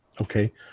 Okay